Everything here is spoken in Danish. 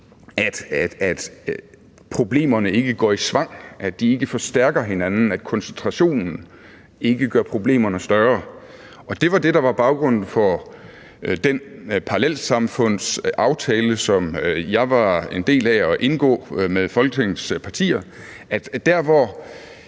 at problemerne ikke går i svang, at de ikke forstærker hinanden, at koncentrationen ikke gør problemerne større, og det var det, der var baggrunden for den parallelsamfundsaftale, som jeg var en del af at indgå med Folketingets partier.